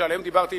שעליהם דיברתי,